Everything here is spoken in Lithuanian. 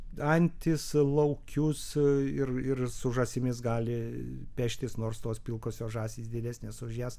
antis laukius ir ir su žąsimis gali peštis nors tos pilkosios žąsys didesnės už jas